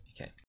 Okay